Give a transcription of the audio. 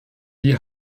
die